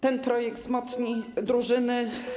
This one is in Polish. Ten projekt wzmocni drużyny.